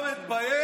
אתה לא מתבייש?